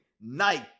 night